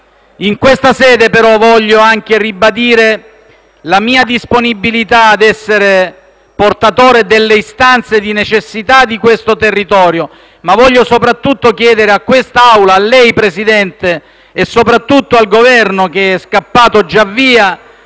In questa sede, però, desidero anche ribadire la mia disponibilità ad essere portatore delle istanze di necessità di questo territorio e, soprattutto, chiedere a quest'Assemblea, a lei, signor Presidente, e soprattutto al Governo (che è già scappato via)